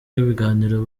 ibiganiro